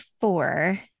four